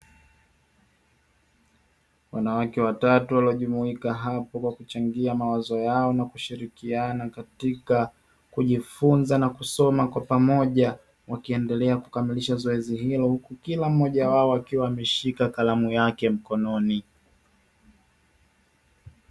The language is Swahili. Wanawake watatu walio jumuika hapo, kwa kuchangia mawazo yao na kushirikiana katika kujifunza na kusoma kwa pamoja, wakiendelea kukamilisha zoezi hilo, huku mmoja wao akiwa ameshika kalamu yake mkononi.